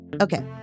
okay